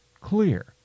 clear